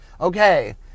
okay